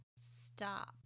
stop